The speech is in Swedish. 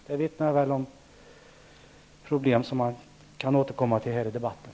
Det vittnar om problem som vi får anledning att återkomma till.